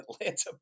Atlanta